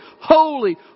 holy